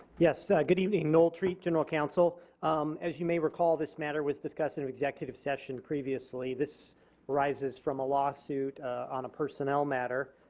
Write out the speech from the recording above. yes, good evening noel treat general counsel as you may recall this matter was discussed in executive session previously. this arises from a lawsuit on a personnel matter.